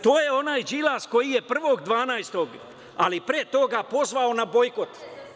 To je onaj Đilas koji je 1. decembra, ali pre toga pozvao na bojkot.